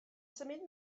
symud